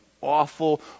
awful